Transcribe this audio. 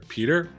Peter